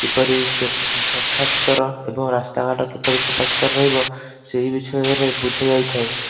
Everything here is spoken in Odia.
କିପରି ସଫା ସୁତୁରା ଏବଂ ରାସ୍ତାଘାଟ କିପରି ସଫା ସୁତୁରା ରହିବ ସେହି ବିଷୟରେ ବୁଝାଯାଇଥାଏ